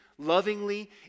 lovingly